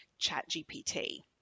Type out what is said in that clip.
ChatGPT